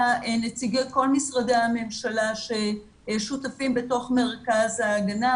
נציגי כל משרדי הממשלה ששותפים בתוך מרכז ההגנה,